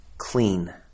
clean